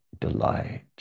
delight